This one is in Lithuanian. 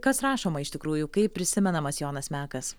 kas rašoma iš tikrųjų kaip prisimenamas jonas mekas